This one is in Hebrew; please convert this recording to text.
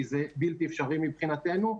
כי זה בלתי אפשרי מבחינתנו.